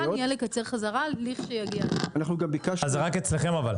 זה רק אצלכם.